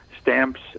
stamps